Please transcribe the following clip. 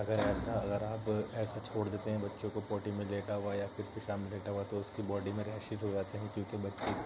اگر ایسا اگر آپ ایسا چھوڑ دیتے ہیں بچوں کو پوٹی میں لیٹا ہُوا یا پھر پیشاب میں لیٹا ہُوا تو اُس کی باڈی میں ریشز ہوجاتے ہیں کیونکہ بچے